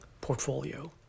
portfolio